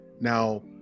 Now